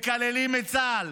מקללים את צה"ל.